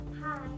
Hi